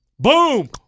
Boom